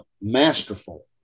masterful